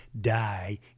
die